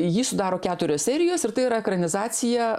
jį sudaro keturios serijos ir tai yra ekranizacija